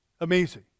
Amazing